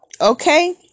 okay